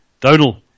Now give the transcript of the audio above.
Donal